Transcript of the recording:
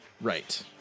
Right